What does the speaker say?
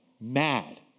mad